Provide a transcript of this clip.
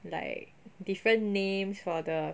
like different names for the